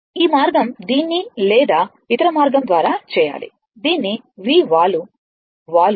ఈ మార్గం దీన్ని లేదా ఇతర మార్గం ద్వారా చేయాలి దీన్ని V వాలు వాలు m t C కు సమానం